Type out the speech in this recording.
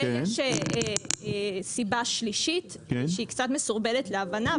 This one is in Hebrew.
ויש סיבה שלישית, שהיא קצת מסורבלת להבנה.